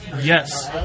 Yes